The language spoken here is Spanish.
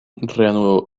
reanudó